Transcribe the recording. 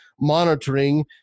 monitoring